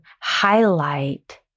highlight